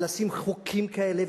ולשים חוקים כאלה,